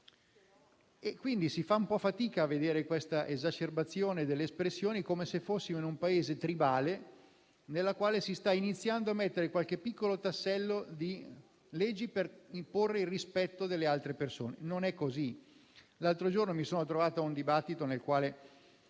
Quindi, si fa un po' fatica a vedere questa esacerbazione delle espressioni come se fossimo in un Paese tribale, nel quale si sta iniziando a mettere qualche piccolo tassello di legge per imporre il rispetto delle altre persone. Non è così. L'altro giorno mi sono trovato in un dibattito nel quale